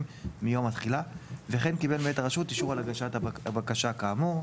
מיום התחילה וכן קיבל מאת הרשות אישור על הגשת בקשה כאמור.